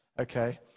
Okay